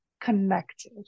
connected